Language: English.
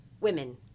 women